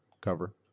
cover